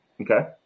Okay